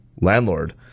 landlord